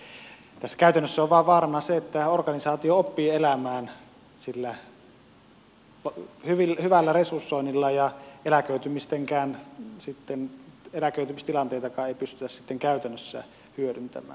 tässä käytännössä on vain vaarana se että tämä organisaatio oppii elämään sillä hyvällä resursoinnilla ja eläköitymistilanteitakaan ei pystytä sitten käytännössä hyödyntämään